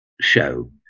show